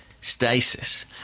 stasis